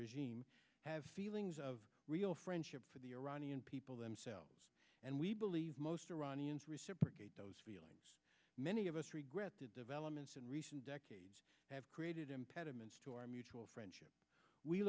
regime have feelings of real friendship for the iranian people themselves and we believe most iranians reciprocate those feelings many of us regret the developments in recent decades have created impediments to our mutual friendship we